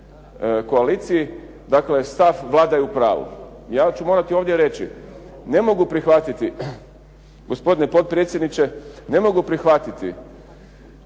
koaliciji dakle, stav Vlada je u pravu. Ja ću morati ovdje reći, ne mogu prihvatiti gospodine potpredsjedniče, ne mogu prihvatiti